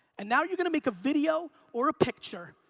and now you're gonna make a video or a picture,